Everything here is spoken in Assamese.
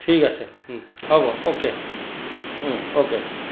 ঠিক আছে হ'ব অ'কে অ'কে